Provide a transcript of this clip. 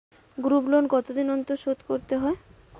Group loan কতদিন অন্তর শোধকরতে হয়?